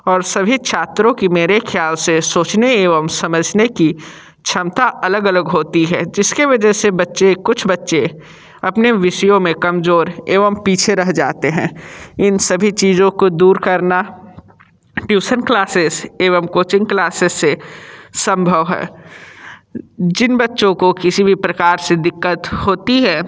और सभी छात्रों की मेरे ख़्याल से सोचने एवम समझने की क्षमता अलग अलग होती है जिसकी वजह से बच्चे कुछ बच्चे अपने विषयों में कमजोर एवम पीछे रह जाते हैं इन सभी चीज़ों को दूर करना ट्यूशन क्लासेस एवम कोचिंग क्लासेस से सम्भव है जिन बच्चों को किसी भी प्रकार से दिक्कत होती है